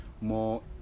more